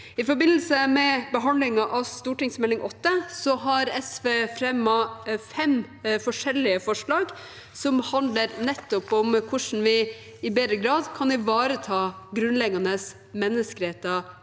I forbindelse med behandlingen av Meld. St. 8 har SV fremmet fem forskjellige forslag som handler nettopp om hvordan vi i bedre grad kan ivareta grunnleggende menneskeretter